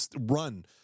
run